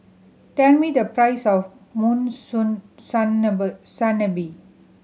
tell me the price of